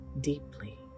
deeply